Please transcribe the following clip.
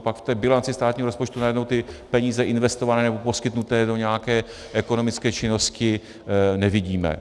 Pak v té bilanci státního rozpočtu najednou ty peníze investované nebo poskytnuté do nějaké ekonomické činnosti nevidíme.